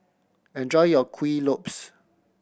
enjoy your Kuih Lopes